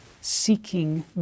seeking